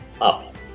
up